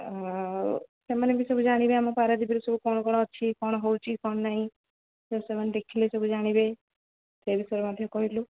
ଆଉ ସେମାନେ ବି ସବୁ ଜାଣିବେ ଆମ ପାରାଦ୍ୱୀପ ରେ ସବୁ କ'ଣ କ'ଣ ଅଛି କଣ ହେଉଛି କଣ ନାଇ ସେମାନେ ଦେଖିଲେ ସବୁ ଜାଣିବେ ସେ ବିଷୟରେ ମଧ୍ୟ କହିଲୁ